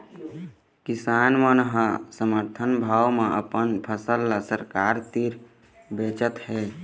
किसान मन ह समरथन भाव म अपन फसल ल सरकार तीर बेचत हे